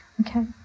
Okay